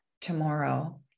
tomorrow